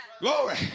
Glory